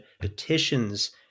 petitions